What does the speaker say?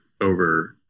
over